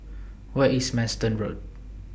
Where IS Manston Road